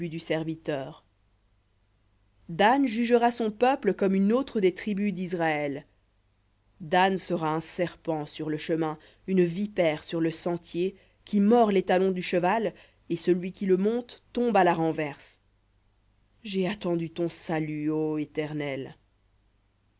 du serviteur v dan jugera son peuple comme une autre des tribus disraël dan sera un serpent sur le chemin une vipère sur le sentier qui mord les talons du cheval et celui qui le monte tombe à la renverse jai attendu ton salut ô éternel